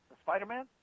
Spider-Man